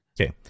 Okay